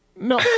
no